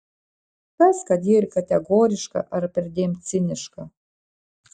kas kad ji ir kategoriška ar perdėm ciniška